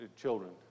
children